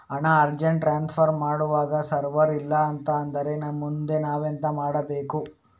ಹಣ urgent transfer ಮಾಡ್ವಾಗ server ಇಲ್ಲಾಂತ ಆದ್ರೆ ಮುಂದೆ ನಾವೆಂತ ಮಾಡ್ಬೇಕು?